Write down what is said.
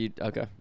okay